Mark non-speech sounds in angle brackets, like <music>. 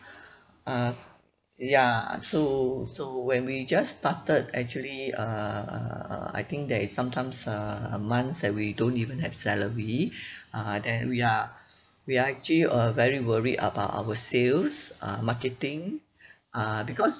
uh s~ ya so so when we just started actually err I think there is sometimes err months that we don't even have salary <breath> uh then we are <breath> we are actually uh very worried about our sales uh marketing uh because